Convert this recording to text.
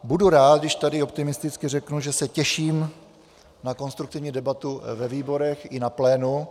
Budu rád, když tady optimisticky řeknu, že se těším na konstruktivní debatu ve výborech i na plénu.